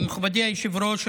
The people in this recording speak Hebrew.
מכובדי היושב-ראש,